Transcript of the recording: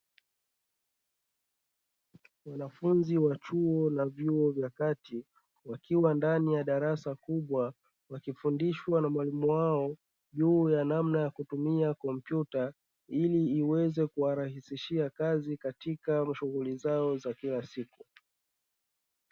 Wanafunzi wa chuo na vyuo vya kati wakiwa ndani ya darasa kubwa, wakifundishwa na mwalimu wao juu ya namna ya kutumia kompyuta ili iweze kuwarahisishia kazi katika shughuli zao za kila siku.